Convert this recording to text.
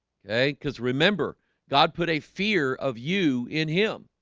ok, because remember god put a fear of you in him